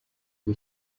bwo